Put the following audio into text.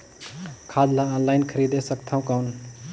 खाद ला ऑनलाइन खरीदे सकथव कौन?